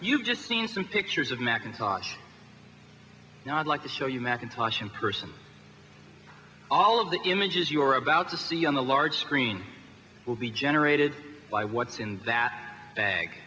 you've just seen some pictures of macintosh now i'd like to show you macintosh in person all of the images you're about to see on the large screen will be generated by what's in that bag